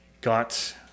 got